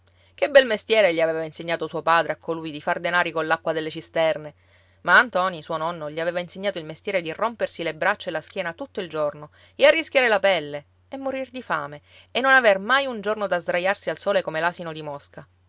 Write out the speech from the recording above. che bel mestiere gli aveva insegnato suo padre a colui di far denari coll'acqua delle cisterne ma a ntoni suo nonno gli aveva insegnato il mestiere di rompersi le braccia e la schiena tutto il giorno e arrischiare la pelle e morir di fame e non aver mai un giorno da sdraiarsi al sole come l'asino di mosca